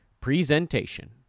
presentation